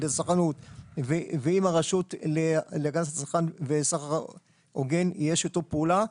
לצרכנות ועם הרשות להגנת הצרכן וסחר הוגן יש שיתוף פעולה.